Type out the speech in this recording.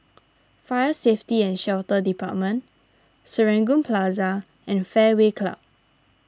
Fire Safety and Shelter Department Serangoon Plaza and Fairway Club